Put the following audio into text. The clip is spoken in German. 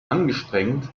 angestrengt